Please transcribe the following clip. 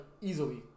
easily